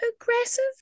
aggressive